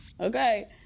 Okay